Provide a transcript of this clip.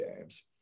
games